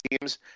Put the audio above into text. teams